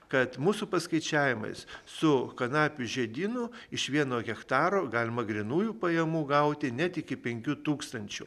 kad mūsų paskaičiavimais su kanapių žiedynu iš vieno hektaro galima grynųjų pajamų gauti net iki penkių tūkstančių